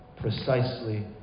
precisely